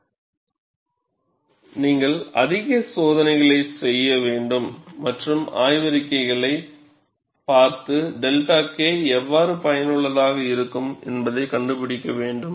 எனவே நீங்கள் அதிக சோதனைகளைச் செய்ய வேண்டும் மற்றும் ஆய்வறிக்கைகளை பார்த்து 𝜹 K எவ்வாறு பயனுள்ளதாக இருக்கும் என்பதைக் கண்டுபிடிக்க வேண்டும்